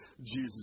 Jesus